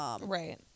Right